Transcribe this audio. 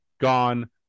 gone